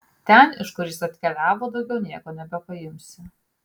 ten iš kur jis atkeliavo daugiau nieko nebepaimsi